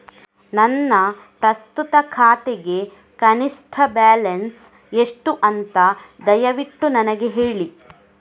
ನನ್ನ ಪ್ರಸ್ತುತ ಖಾತೆಗೆ ಕನಿಷ್ಠ ಬ್ಯಾಲೆನ್ಸ್ ಎಷ್ಟು ಅಂತ ದಯವಿಟ್ಟು ನನಗೆ ಹೇಳಿ